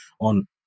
On